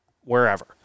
wherever